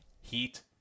Heat